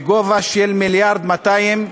בגובה של מיליארד ו-200 מיליון,